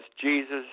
jesus